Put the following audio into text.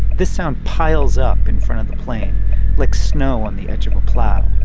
the sound piles up in front of the plane like snow on the edge of a plow.